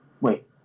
Wait